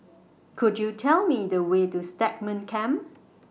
Could YOU Tell Me The Way to Stagmont Camp